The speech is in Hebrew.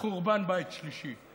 לחורבן בית שלישי.